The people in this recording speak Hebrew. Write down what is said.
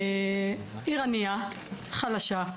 מדובר בעיר ענייה וחלשה.